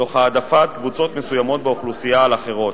תוך העדפת קבוצות מסוימות באוכלוסייה על אחרות.